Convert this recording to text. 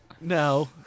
No